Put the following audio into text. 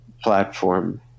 platform